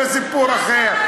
זה סיפור אחר.